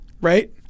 Right